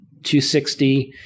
260